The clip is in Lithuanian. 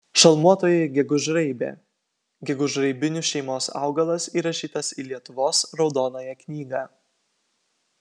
šalmuotoji gegužraibė gegužraibinių šeimos augalas įrašytas į lietuvos raudonąją knygą